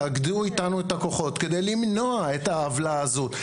תאגדו איתנו את הכוחות כדי למנוע את העוולה הזו.